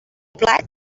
plat